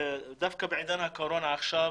ואז מה שקרה, המדינה הקימה עיר ושלחה אותה לנפשה,